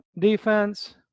defense